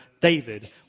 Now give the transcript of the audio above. David